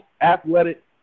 athletic